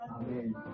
Amen